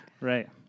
Right